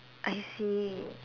I see